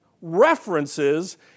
references